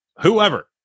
whoever